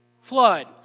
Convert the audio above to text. flood